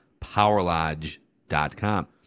PowerLodge.com